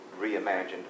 reimagined